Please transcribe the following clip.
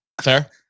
Fair